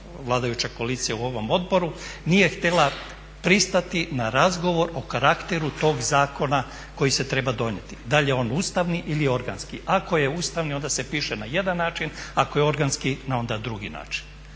vladajuća koalicija u ovom odboru nije htjela pristati na razgovor o karakteru tog zakona koji se treba donijeti, dal je on ustavni ili je organski. Ako je ustavni onda se piše na jedan način, ako je organski onda na drugi način.